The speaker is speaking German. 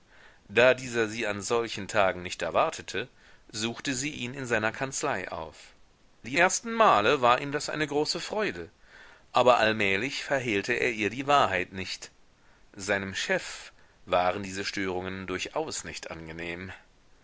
da dieser sie an solchen tagen nicht erwartete suchte sie ihn in seiner kanzlei auf die ersten male war ihm das eine große freude aber allmählich verhehlte er ihr die wahrheit nicht seinem chef waren diese störungen durchaus nicht angenehm